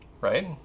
Right